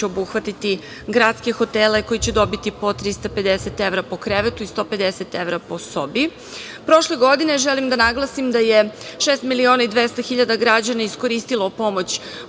obuhvatiti gradske hotele koji će dobiti po 350 evra po krevetu i 150 evra po sobi. Prošle godine, želim da naglasim da je 6.200.000 građana iskoristilo pomoć